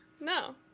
no